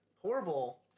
horrible